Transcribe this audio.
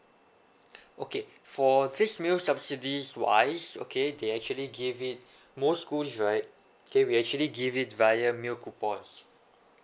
okay for these meal subsidies wise okay they actually give it most schools right okay we actually give it via meal coupons